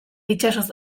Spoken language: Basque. itsasoz